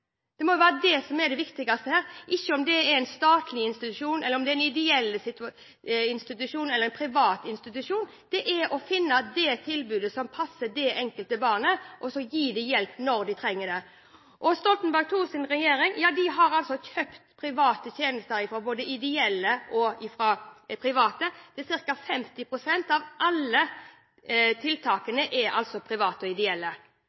Det må jo være det som er det viktigste her, ikke om det er en statlig, eller en ideell, eller en privat institusjon – det er å finne det tilbudet som passer det enkelte barnet, og så gi dem hjelp når de trenger det. Stoltenberg II-regjeringen kjøpte tjenester – fra både de ideelle og de private. Cirka 50 pst. av alle tiltakene kom fra de private